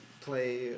play